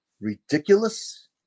ridiculous